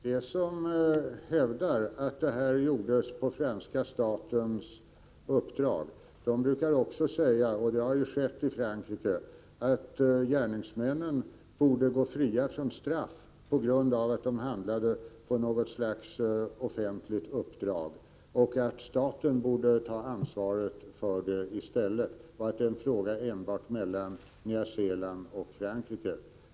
Herr talman! De som hävdar att det här gjordes på franska statens uppdrag brukar också säga — det har skett i Frankrike — att gärningsmännen borde gå fria från straff på grund av att de handlade på något slags officiellt uppdrag, att staten i stället borde ta ansvaret för det inträffade och att detta är en fråga enbart mellan Nya Zeeland och Frankrike.